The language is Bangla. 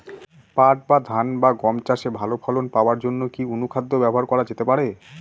পাট বা ধান বা গম চাষে ভালো ফলন পাবার জন কি অনুখাদ্য ব্যবহার করা যেতে পারে?